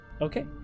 Okay